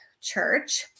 church